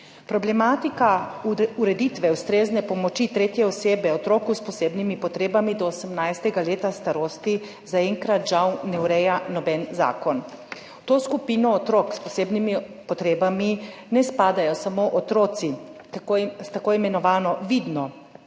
Problematike ureditve ustrezne pomoči tretje osebe otroku s posebnimi potrebami do 18. leta starosti zaenkrat žal ne ureja noben zakon. V to skupino otrok s posebnimi potrebami ne spadajo samo otroci s tako imenovano vidno